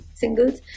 singles